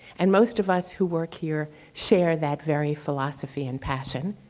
and most of us who work here share that very philosophy and passion.